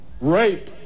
rape